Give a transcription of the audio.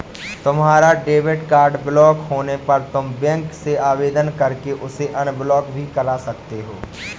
तुम्हारा debit card block होने पर तुम बैंक से आवेदन करके उसे अनब्लॉक भी करवा सकते हो